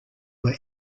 are